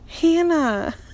Hannah